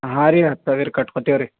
ಹಾಂ ರೀ ಹತ್ತು ಸಾವಿರ ಕಟ್ಕೊತೀವಿ ರೀ